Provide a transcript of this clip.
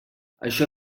això